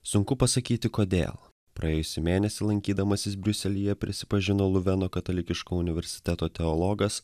sunku pasakyti kodėl praėjusį mėnesį lankydamasis briuselyje prisipažino luveno katalikiško universiteto teologas